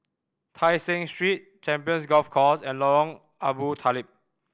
Tai Seng Street Champions Golf Course and Lorong Abu Talib